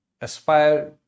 aspire